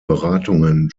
beratungen